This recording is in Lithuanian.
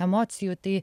emocijų tai